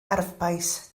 arfbais